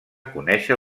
conèixer